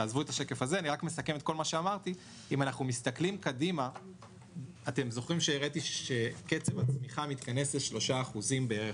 אתם זוכרים שהראיתי שקצב הצמיחה מתכנס ל-3% בערך,